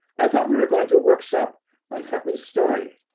i thought we were going to workshop and huntley's story.